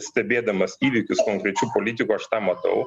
stebėdamas įvykius konkrečių politikų aš tą matau